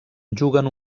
juguen